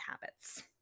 habits